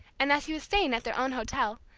and as he was staying at their own hotel,